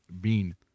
Bean